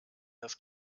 das